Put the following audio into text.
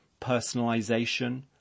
personalization